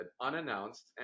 unannounced